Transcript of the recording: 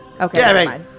Okay